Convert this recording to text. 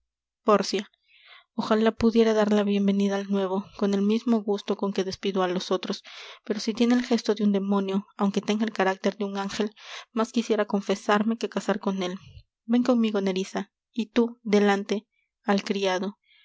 pórcia ojalá pudiera dar la bienvenida al nuevo con el mismo gusto con que despido á los otros pero si tiene el gesto de un demonio aunque tenga el carácter de un ángel más quisiera confesarme que casar con él ven conmigo nerissa y tú delante al criado